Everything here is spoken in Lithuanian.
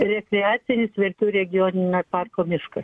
rekreacinis verkių regioninio parko miškas